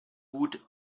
gut